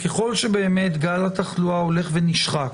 ככל שגל התחלואה הולך ונשחק?